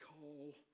call